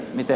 mitä